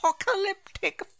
Apocalyptic